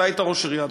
אתה היית ראש עירייה,